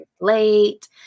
late